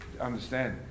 understand